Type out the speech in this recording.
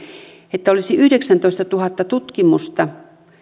että olisi yhdeksäntoistatuhatta tutkimusta